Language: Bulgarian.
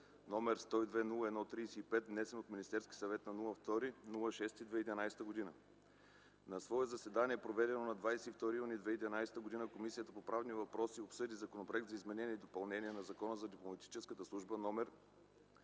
№ 102-01-35, внесен от Министерския съвет на 2 юни 2011 г. На свое заседание, проведено на 22 юни 2011 г., Комисията по правни въпроси обсъди Законопроект за изменение и допълнение на Закона за дипломатическата служба, №